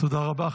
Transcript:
תודה רבה.